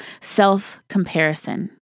self-comparison